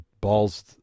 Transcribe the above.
balls